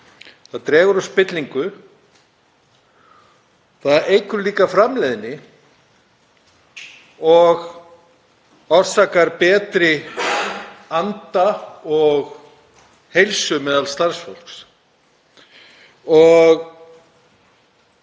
það dregur úr spillingu. Það eykur líka framleiðni og orsakar betri anda og heilsu meðal starfsfólks.